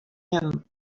him